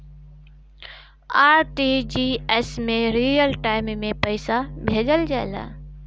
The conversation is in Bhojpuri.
आर.टी.जी.एस में रियल टाइम में पइसा भेजल जाला